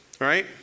right